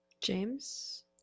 James